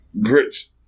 grits